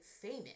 famous